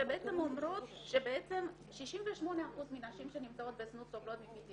והן בעצם אומרות שבעצם 68% מהנשים שנמצאות בזנות סובלות מ-PTSD,